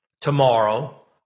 tomorrow